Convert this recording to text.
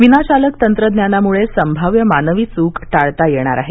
विना वाहक तंत्रज्ञानामुळं संभाव्य मानवी चूक टाळता येणार आहे